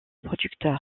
producteur